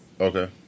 Okay